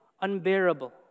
unbearable